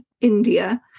india